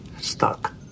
stuck